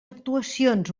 actuacions